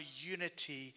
unity